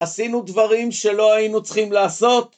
עשינו דברים שלא היינו צריכים לעשות